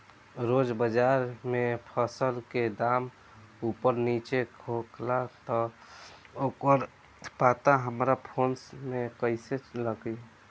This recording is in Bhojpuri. रोज़ बाज़ार मे फसल के दाम ऊपर नीचे होखेला त ओकर पता हमरा फोन मे कैसे लागी?